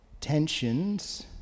tensions